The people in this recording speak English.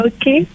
Okay